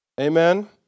Amen